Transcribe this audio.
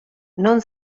non